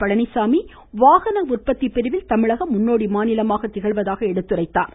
பழனிச்சாமி வாகன உற்பத்தி பிரிவில் தமிழகம் முன்னோடி மாநிலமாக திகழ்வதாக எடுத்துரைத்தார்